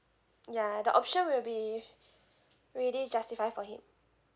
ya the option will be already justified for him